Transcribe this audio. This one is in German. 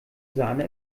sahne